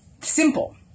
simple